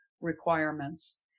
requirements